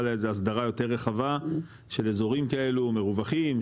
לאיזה אסדרה יותר רחבה של אזורים כאלו מרווחים,